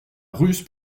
ruse